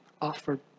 offered